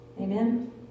Amen